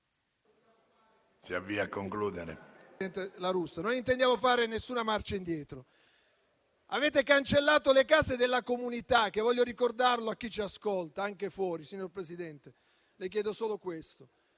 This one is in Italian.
Si avvii a concludere.